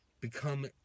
become